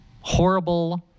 horrible